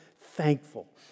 thankful